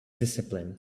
discipline